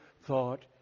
thought